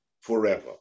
forever